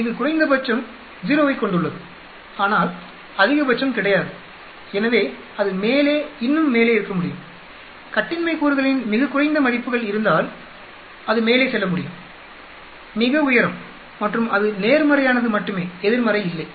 இது குறைந்தபட்சம் 0 ஐக் கொண்டுள்ளது ஆனால் அதிகபட்சம் கிடையாது எனவே அது மேலே இன்னும் மேலே இருக்க முடியும் கட்டின்மை கூறுகளின் மிகக் குறைந்த மதிப்புகள் இருந்தால் அது மேலே செல்ல முடியும் மிக உயரம் மற்றும் அது நேர்மறையானது மட்டுமே எதிர்மறை இல்லை